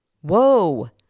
Whoa